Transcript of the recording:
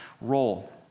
role